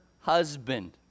husband